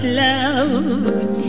love